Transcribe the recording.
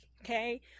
okay